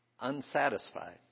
unsatisfied